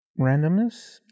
randomness